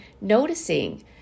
noticing